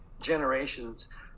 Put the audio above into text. generations